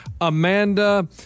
Amanda